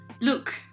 Look